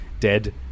dead